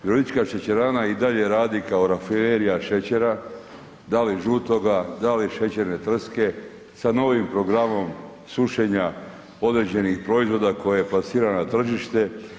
Virovitička šećerana i dalje radi kao rafinerija šećera da li žutoga, da li šećerne trske sa novim programom sušenja određenih proizvoda koje plasira na tržište.